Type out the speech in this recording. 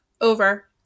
Over